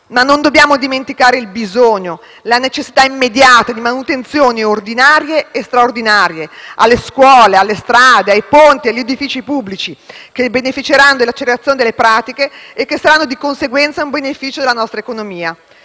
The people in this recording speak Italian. ma non dobbiamo dimenticare il bisogno e la necessità immediata di manutenzioni ordinarie e straordinarie, alle scuole, alle strade, ai ponti, agli edifici pubblici, che beneficeranno dell'accelerazione delle pratiche e che saranno di conseguenza un beneficio della nostra economia.